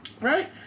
Right